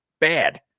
bad